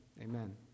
amen